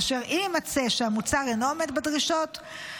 ואם יימצא שהמוצר אינו עומד בדרישות,